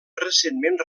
recentment